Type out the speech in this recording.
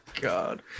God